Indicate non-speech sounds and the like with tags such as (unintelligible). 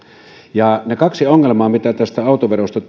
aikanaan ne kaksi ongelmaa jotka tästä autoverosta (unintelligible)